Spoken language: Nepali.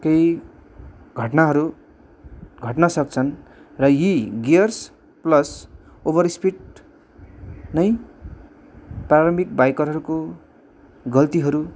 केही घटनाहरू घट्न सक्छन् र यी गियर्स प्लस ओभर स्पिड नै प्रारम्भिक बाइकरहरूको गल्तीहरू